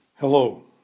Hello